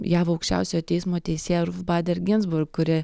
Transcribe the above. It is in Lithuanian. jav aukščiausiojo teismo teisėją ruf bader ginsburg kuri